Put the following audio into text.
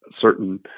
certain